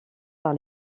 par